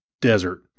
desert